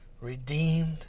Redeemed